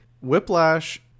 Whiplash